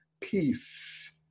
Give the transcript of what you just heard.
peace